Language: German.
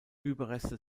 überreste